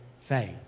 faith